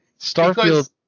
Starfield